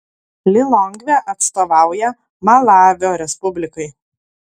lilongvė atstovauja malavio respublikai